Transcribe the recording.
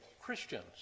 Christians